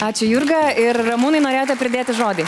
ačiū jurga ir ramūnai norėjote pridėti žodį